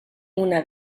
una